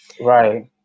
Right